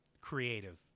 creative